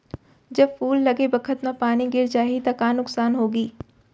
जब फूल लगे बखत म पानी गिर जाही त का नुकसान होगी?